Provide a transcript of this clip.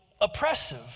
Oppressive